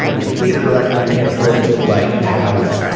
you know he's a theater director. he can't afford to like have,